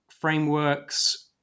frameworks